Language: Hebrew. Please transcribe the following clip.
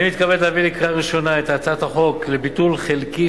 אני מתכבד להביא לקריאה ראשונה את הצעת החוק לביטול חלקי